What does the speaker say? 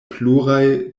pluraj